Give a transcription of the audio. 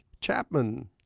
Chapman